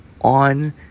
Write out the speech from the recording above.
on